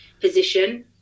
position